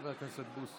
עוד לא נגמרה ההצבעה.